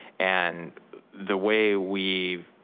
and the way we've